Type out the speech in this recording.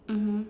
mmhmm